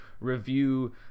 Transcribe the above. review